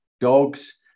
dogs